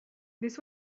this